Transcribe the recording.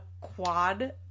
quad